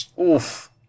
Oof